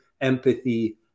empathy